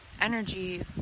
energy